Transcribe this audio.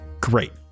great